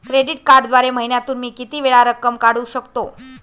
Credit कार्डद्वारे महिन्यातून मी किती वेळा रक्कम काढू शकतो?